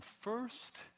First